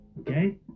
Okay